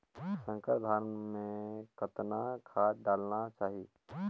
संकर धान मे कतना खाद डालना चाही?